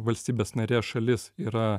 valstybės narės šalis yra